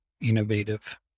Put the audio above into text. innovative